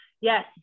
yes